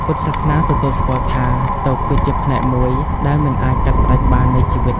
ពុទ្ធសាសនាទទួលស្គាល់ថា ទុក្ខគឺជាផ្នែកមួយដែលមិនអាចកាត់ផ្ដាច់បាននៃជីវិត។